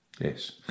Yes